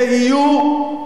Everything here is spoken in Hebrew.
ויהיו,